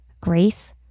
grace